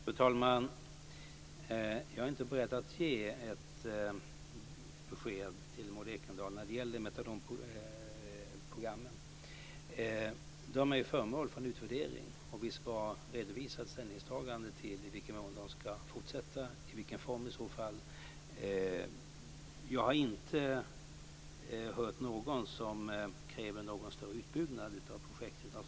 Fru talman! Jag är inte beredd att ge ett besked till De är föremål för en utvärdering, och vi ska redovisa ett ställningstagande till i vad mån de ska fortsätta och i så fall i vilken form. Jag har inte hört någon som kräver någon större utbyggnad av projekten.